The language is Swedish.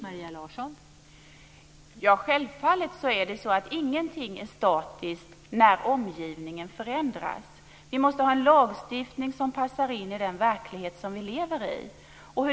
Fru talman! Självfallet är ingenting statiskt när omgivningen förändras. Vi måste ha en lagstiftning som passar in i den verklighet som vi lever i.